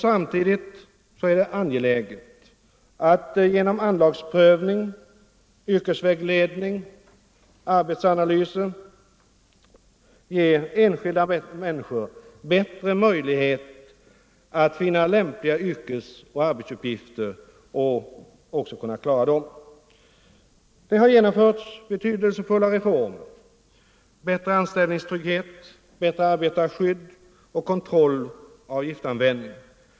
Samtidigt är det angeläget att genom anlagsprövning, yrkesvägledning och arbetsanalyser ge enskilda människor bättre möjligheter att finna lämpliga yrkesoch arbetsuppgifter, som de kan klara. Det har genomförts betydelsefulla reformer: bättre anställningstrygghet, bättre arbetarskydd och kontroll av giftanvändning.